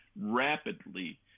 rapidly